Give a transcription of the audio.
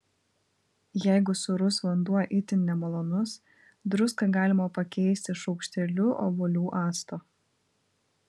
jeigu sūrus vanduo itin nemalonus druską galima pakeisti šaukšteliu obuolių acto